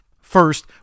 First